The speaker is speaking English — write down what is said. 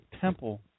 temple